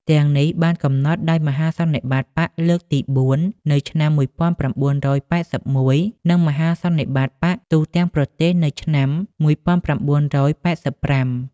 ទាំងនេះបានកំណត់ដោយមហាសន្និបាតបក្សលើកទី៤ នៅឆ្នាំ១៩៨១ និងមហាសន្និបាតបក្សទូទាំងប្រទេសនៅឆ្នាំ១៩៨៥ ។